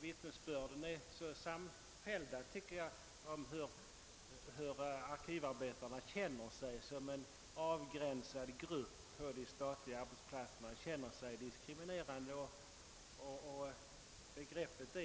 Vittnesbörden om att arkivarbetarna känner sig som en avgränsad grupp på de statliga arbetsplatserna, att de känner sig diskriminerade, är samfällda. Begreppet